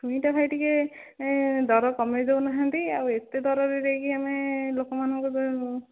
ଛୁଇଁଟା ଭାଇ ଟିକିଏ ଦର କମେଇ ଦେଉନାହାନ୍ତି ଆଉ ଏତେ ଦରରେ ଯାଇକି ଆମେ ଲୋକମାନଙ୍କୁ